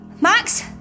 Max